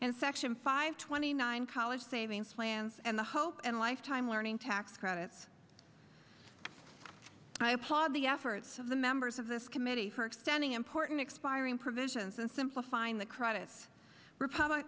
and section five twenty nine college savings plans and the hope and lifetime learning tax credits and i applaud the efforts of the members of this committee for extending important expiring provisions and simplifying the credits republic